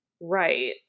right